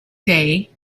day